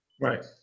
Right